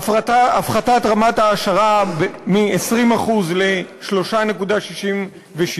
הפחתת רמת ההעשרה מ-20% ל-3.67%,